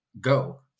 go